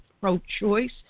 pro-choice